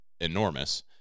enormous